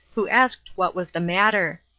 who asked what was the matter.